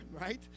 right